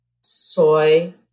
soy